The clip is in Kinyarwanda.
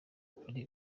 wari